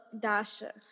Dasha